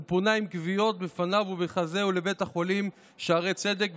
הוא פונה עם כוויות בפניו ובחזהו לבית החולים שערי צדק,